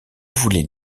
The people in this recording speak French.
voulez